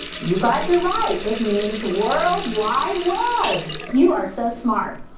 you guys are right, it means world wide web. you are so smart.